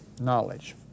knowledge